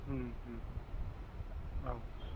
औ